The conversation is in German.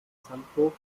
sandburg